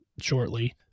shortly